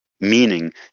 meaning